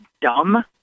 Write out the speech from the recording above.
dumb